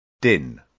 din